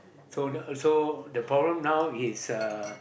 so so the problem now is uh